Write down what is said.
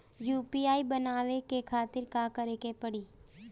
UPI बनावे के खातिर का करे के पड़ी?